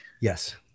Yes